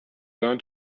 learn